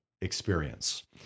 experience